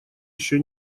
еще